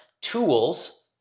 tools